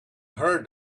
heard